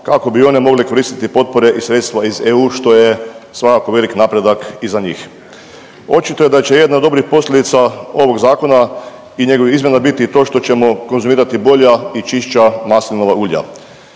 kako bi i one mogle koristiti potpore iz sredstva iz EU što je svakako veliki napredak i za njih. Očito je da će jedna od dobrih posljedica ovih zakona i njegovih izmjena biti i to što ćemo konzumirati bolja i čišća maslinova ulja.